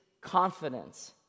confidence